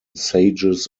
sages